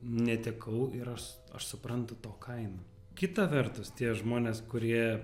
netekau ir aš aš suprantu to kainą kita vertus tie žmonės kurie